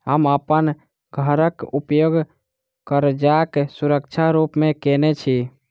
हम अप्पन घरक उपयोग करजाक सुरक्षा रूप मेँ केने छी